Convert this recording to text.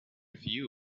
few